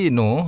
no